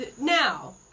now